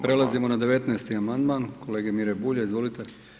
Prelazimo na 19. amandman kolege Mire Bulja, izvolite.